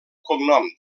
cognom